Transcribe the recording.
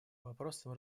вопросам